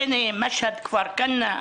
זה ריינה, משהד, כפר כנא.